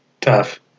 tough